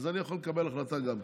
אז אני יכול לקבל החלטה גם כן.